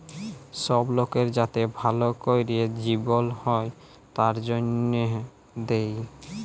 সব লকের যাতে ভাল ক্যরে জিবল হ্যয় তার জনহে দেয়